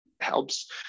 helps